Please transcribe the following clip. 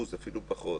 אפילו פחות.